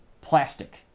plastic